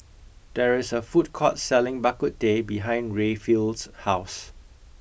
there is a food court selling bak kut teh behind Rayfield's house